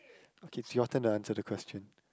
okay your turn to answer the question